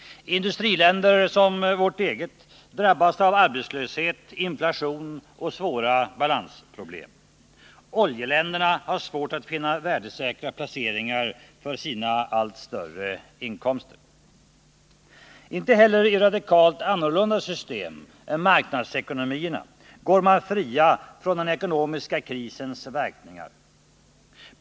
Industriländerna, som vårt land, drabbas av arbetslöshet, inflation och svåra balansproblem. Oljeländerna har svårt att finna värdesäkra placeringar för sina allt större Inte heller i radikalt annorlunda system än marknadsekonomierna går man fri från den ekonomiska krisens verkningar.